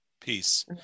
Peace